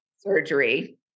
surgery